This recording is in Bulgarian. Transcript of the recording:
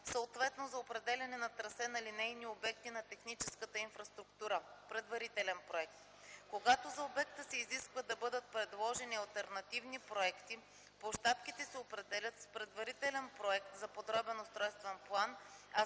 съответно за определяне на трасе на линейни обекти на техническата инфраструктура – предварителен проект. Когато за обекта се изисква да бъдат предложени алтернативни проекти, площадките се определят с предварителен проект за подробен устройствен план,